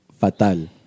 fatal